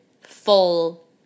full